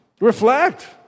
Reflect